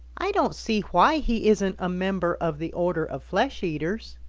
i don't see why he isn't a member of the order of flesh eaters.